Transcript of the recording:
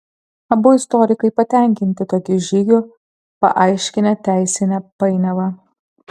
abu istorikai patenkinti tokiu žygiu paaiškinę teisinę painiavą